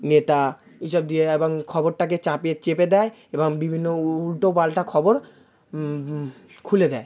নেতা এইসব দিয়ে এবং খবরটাকে চাপিয়ে চেপে দেয় এবং বিভিন্ন উ উল্টো পাল্টা খবর খুলে দেয়